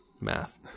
Math